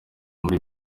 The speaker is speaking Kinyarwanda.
muri